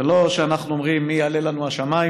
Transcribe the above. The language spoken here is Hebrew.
זה לא שאנחנו אומרים: מי יעלה לנו השמיימה,